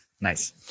Nice